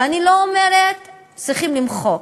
ואני לא אומרת שצריכים למחוק.